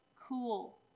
cool